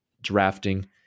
drafting